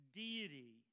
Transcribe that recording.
deity